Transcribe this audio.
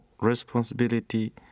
responsibility